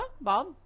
Bob